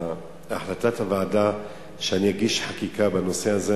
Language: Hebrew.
החלטת הוועדה היא שאני אגיש חקיקה בנושא הזה,